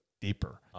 deeper